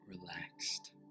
relaxed